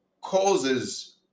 causes